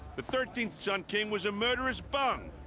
the thirteenth sun king was a murderous bum!